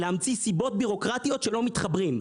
להמציא סיבות בירוקרטיות שלא מתחברים.